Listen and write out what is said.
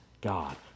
God